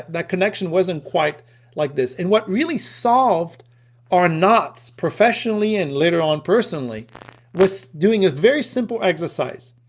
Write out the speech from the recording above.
that connection wasn't quite like this and what really solved our knots professionally and later on personally was doing a very simple exercise.